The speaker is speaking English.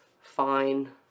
fine